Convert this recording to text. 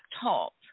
top